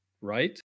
right